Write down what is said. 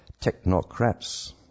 technocrats